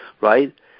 right